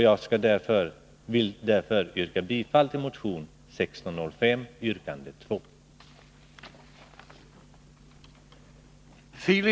Jag hemställer om bifall till motion 685 yrkande 2.